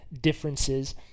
differences